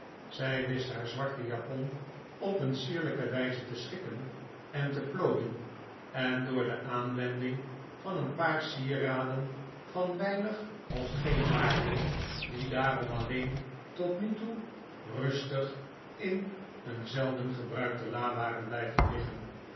zij wist haar zwarte japon op een sierlijke wijze te schikken en te plooien en door de aanwending van een paar sieraden van weinig of geen waarde die daarom alleen tot nu toe rustig in een zelden gebruikte la waren blijven liggen